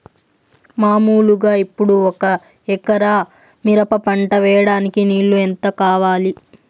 మామూలుగా ఇప్పుడు ఒక ఎకరా మిరప పంట వేయడానికి నీళ్లు ఎంత కావాలి?